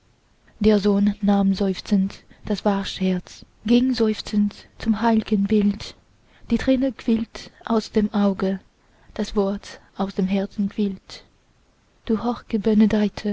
der sohn nahm seufzend das wachsherz ging seufzend zum heiligenbild die träne quillt aus dem auge das wort aus dem herzen quillt